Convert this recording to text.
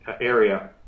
area